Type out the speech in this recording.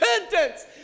repentance